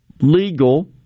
legal